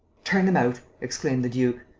turn them out! exclaimed the duke.